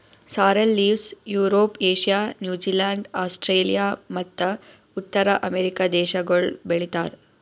sorrel leaves Europe, Asia, New Zealand, Australia ಮತ್ತ ಉತ್ತರ America ದೇಶಗೊಳ್ ಬೆ ಳಿತಾರ್